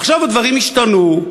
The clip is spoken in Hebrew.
עכשיו הדברים השתנו,